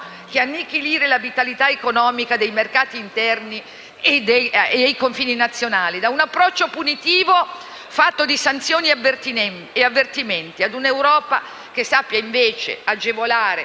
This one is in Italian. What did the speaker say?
che annichilire la vitalità economica e dei mercati interni ai confini nazionali, da un approccio punitivo fatto di sanzioni e di avvertimenti, a un'Europa che sappia invece agevolare